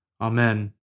Amen